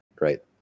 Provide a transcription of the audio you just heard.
Right